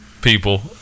people